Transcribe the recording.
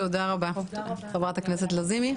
תודה רבה, חברת הכנסת לזימי.